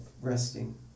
resting